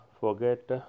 forget